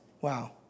Wow